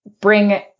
bring